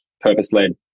purpose-led